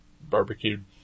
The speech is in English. barbecued